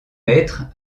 maître